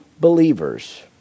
believers